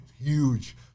huge